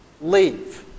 leave